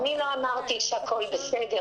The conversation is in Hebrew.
לא אמרתי שהכול בסדר.